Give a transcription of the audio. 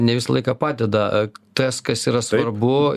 ne visą laiką padeda tas kas yra svarbu